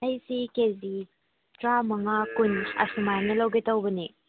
ꯑꯩꯁꯦ K G ꯇꯔꯥꯃꯉꯥ ꯀꯨꯟ ꯑꯁꯨꯃꯥꯏꯅ ꯂꯧꯒꯦ ꯇꯧꯕꯅꯦ